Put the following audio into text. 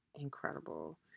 incredible